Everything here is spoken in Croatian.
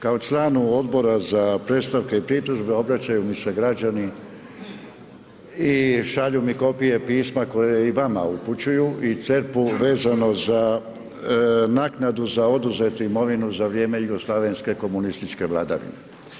Kao članu Odbora za predstavke i pritužbe obraćaju mi se građani i šalju mi kopije pisma koje i vama upućuju i CERP-u, vezano za naknadu za oduzetu imovinu za vrijeme jugoslavenske komunističke vladavine.